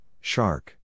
shark